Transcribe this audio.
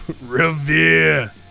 Revere